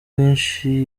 bwinshi